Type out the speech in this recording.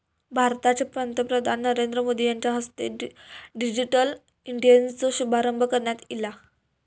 भारताचे पंतप्रधान नरेंद्र मोदी यांच्या हस्ते डिजिटल इंडियाचो शुभारंभ करण्यात ईला